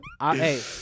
hey